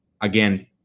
again